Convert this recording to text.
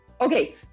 Okay